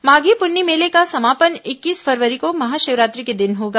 माधी पुन्नी मेले का समापन इक्कीस फरवरी को महाशिवरात्रि के दिन होगा